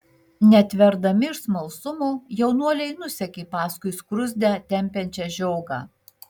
netverdami iš smalsumo jaunuoliai nusekė paskui skruzdę tempiančią žiogą